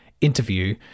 interview